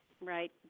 right